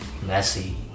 Messi